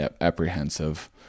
apprehensive